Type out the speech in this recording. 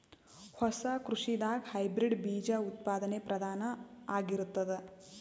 ಹೊಸ ಕೃಷಿದಾಗ ಹೈಬ್ರಿಡ್ ಬೀಜ ಉತ್ಪಾದನೆ ಪ್ರಧಾನ ಆಗಿರತದ